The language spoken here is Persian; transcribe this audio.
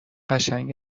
قشنگ